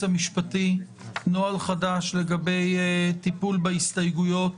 המשפטי נוהל חדש לגבי טיפול בהסתייגויות